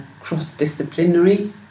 cross-disciplinary